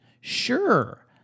Sure